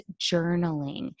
journaling